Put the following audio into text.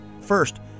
First